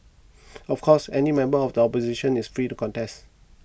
of course any member of the opposition is free to contest